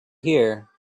here